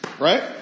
right